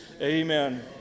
Amen